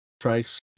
strikes